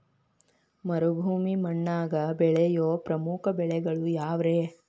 ಮರುಭೂಮಿ ಮಣ್ಣಾಗ ಬೆಳೆಯೋ ಪ್ರಮುಖ ಬೆಳೆಗಳು ಯಾವ್ರೇ?